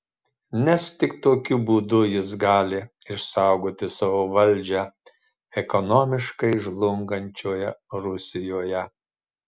nes tik tokiu būdu jis gali išsaugoti savo valdžią ekonomiškai žlungančioje rusijoje